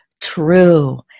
true